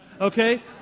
okay